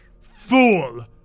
fool